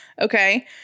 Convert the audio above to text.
Okay